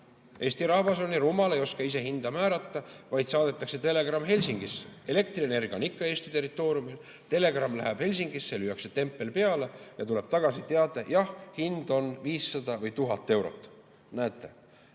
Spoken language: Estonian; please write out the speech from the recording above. Eesti rahvas on nii rumal, et ei oska ise hinda määrata, vaid saadetakse telegramm Helsingisse. Elektrienergia on ikka Eesti territooriumil. Telegramm läheb Helsingisse, lüüakse tempel peale ja tuleb tagasi teade: jah, hind on 500 või 1000 eurot, näete.